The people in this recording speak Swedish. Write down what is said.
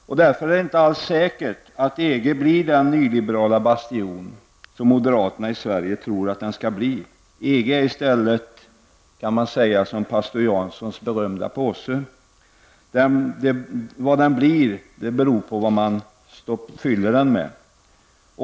Det är därför inte alls säkert att EG blir den nyliberala bastion som moderaterna i Sverige tror att den skall bli. Man kan i stället säga att EG är som pastor Janssons berömda påse. Vad den blir beror på vad man fyller den med.